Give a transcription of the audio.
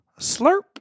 slurp